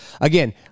again